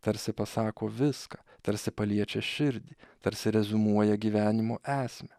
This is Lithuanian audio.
tarsi pasako viską tarsi paliečia širdį tarsi reziumuoja gyvenimo esmę